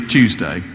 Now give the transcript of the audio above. Tuesday